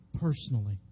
personally